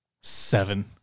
Seven